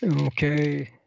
Okay